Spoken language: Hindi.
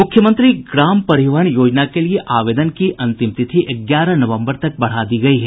मुख्यमंत्री ग्राम परिवहन योजना के लिए आवेदन की अंतिम तिथि ग्यारह नवम्बर तक बढ़ा दी गयी है